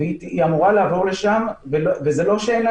היא אמורה לעבור לשם וזה לא שאין לה